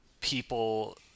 people